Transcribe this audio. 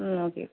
ம் ஓகே